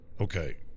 Okay